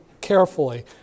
carefully